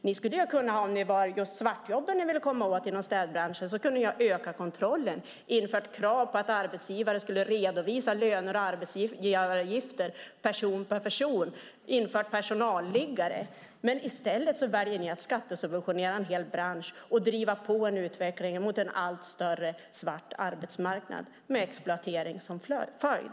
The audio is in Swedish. Om det vore svartjobben inom städbranschen ni ville komma åt skulle ni ha kunnat öka kontrollen och införa krav på att arbetsgivare ska redovisa löner och arbetsgivaravgifter person för person, till exempel genom att införa personalliggare. I stället väljer ni att skattesubventionera en hel bransch och därigenom driva på en utveckling mot en allt större svart arbetsmarknad med exploatering som följd.